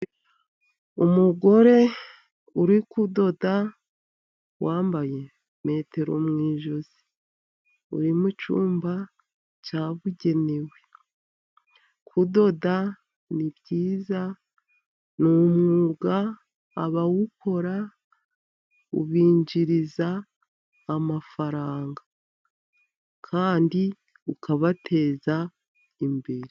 Umugore uri kudoda wambaye metero mu ijosi, uri mu cyumba cyabugenewe. Kudoda ni byiza ni umwuga, abawukora ubinjiriza amafaranga, kandi ukabateza imbere.